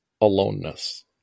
aloneness